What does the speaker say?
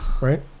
Right